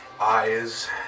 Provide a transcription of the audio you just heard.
eyes